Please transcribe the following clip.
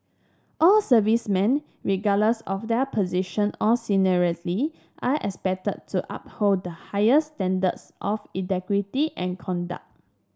all servicemen regardless of their position or seniority are expected to uphold the highest standards of integrity and conduct